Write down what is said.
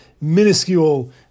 minuscule